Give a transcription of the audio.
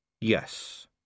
Yes